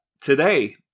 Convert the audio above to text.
today